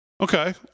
Okay